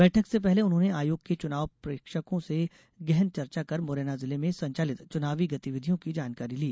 बैठक से पहले उन्होंने आयोग के चुनाव प्रेक्षकों से गहन चर्चा कर मुरैना जिले में संचालित चुनावी गतिविधियों की जानकारी ली